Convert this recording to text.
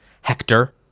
Hector